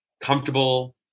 comfortable